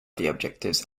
adjectives